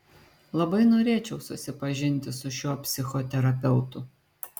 labai norėčiau susipažinti su šiuo psichoterapeutu